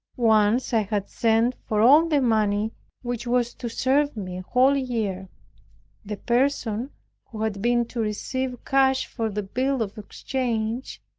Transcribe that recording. once i had sent for all the money which was to serve me a whole year the person who had been to receive cash for the bill of exchange,